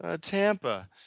Tampa